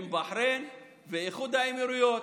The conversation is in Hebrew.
עם בחריין ואיחוד האמירויות.